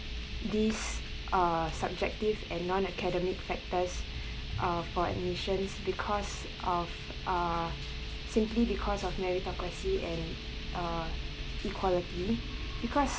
these uh subjective and non academic factors uh for admissions because of uh simply because of meritocracy and uh equality because